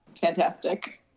fantastic